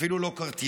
אפילו לא קרטיה.